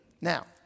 Now